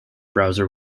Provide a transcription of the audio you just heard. browser